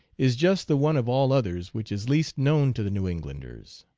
is just the one of all others which is least known to the new englanders.